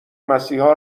مسیحا